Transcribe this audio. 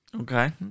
Okay